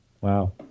Wow